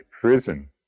prison